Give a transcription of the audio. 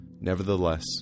Nevertheless